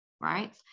right